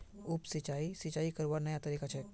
उप सिंचाई, सिंचाई करवार नया तरीका छेक